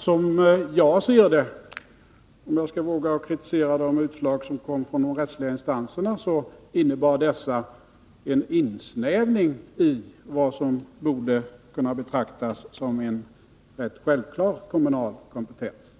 Som jag ser det innebar det utslag som kom från de rättsliga instanserna — om jag nu skall våga kritisera dem — en insnävning i vad som borde kunna betraktas som en rätt självklar kompetens.